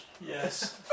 Yes